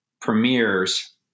premieres